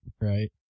right